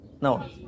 No